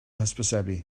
hysbysebu